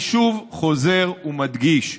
אני שוב חוזר ומדגיש: